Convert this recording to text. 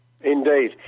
Indeed